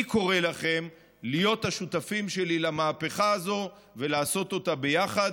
אני קורא לכם להיות השותפים שלי למהפכה הזאת ולעשות אותה ביחד,